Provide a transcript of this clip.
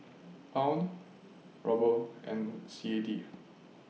Pound Ruble and C A D